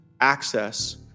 access